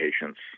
patients